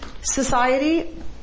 society